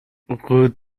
rue